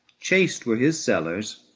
chaste were his cellars,